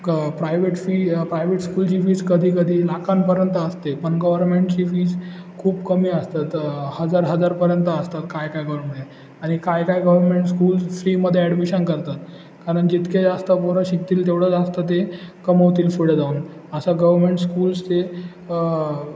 क private fee private स्कूलची fees कधी कधी लाखांपर्यंत असते पण गव्हर्मेंटची फीज खूप कमी असतात हजार हजारपर्यंत असतात काय काय गव्हर्में आणि काय काय गव्हर्मेंट स्कूल्स फ्रीमध्ये ॲडमिशन करतात कारण जितके जास्त पोरं शिकतील तेवढं जास्त ते कमवतील पुढे जाऊन असं गव्हर्मेंट स्कूल्सचे